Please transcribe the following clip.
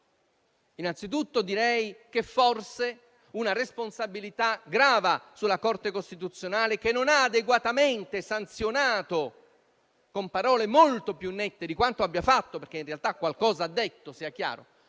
Innanzitutto direi che forse una responsabilità grava sulla Corte costituzionale, che non ha adeguatamente sanzionato - con parole molto più nette di quanto abbia fatto, perché in realtà qualcosa ha detto, sia chiaro